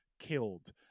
killed